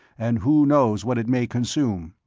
and who knows what it may consume.